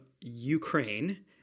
Ukraine